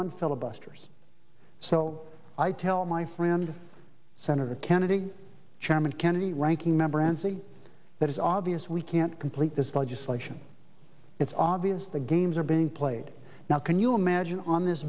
one filibusters so i tell my friend senator kennedy chairman kennedy ranking member enzi that is obvious we can't complete this legislation it's obvious the games are being played now can you imagine on this